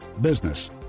business